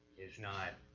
is not,